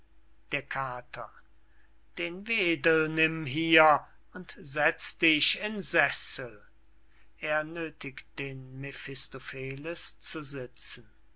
der kater den wedel nimm hier und setz dich in sessel er nöthigt den mephistopheles zu sitzen